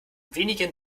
wenigen